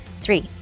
Three